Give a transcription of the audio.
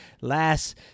last